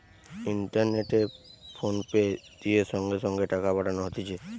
ইন্টারনেটে ফোনপে দিয়ে সঙ্গে সঙ্গে টাকা পাঠানো হতিছে